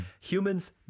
humans